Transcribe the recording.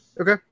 Okay